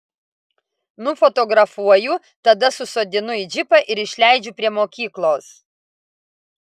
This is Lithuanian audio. nufotografuoju tada susodinu į džipą ir išleidžiu prie mokyklos